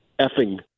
effing